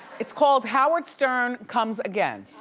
it's called howard stern comes again.